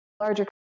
larger